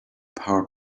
power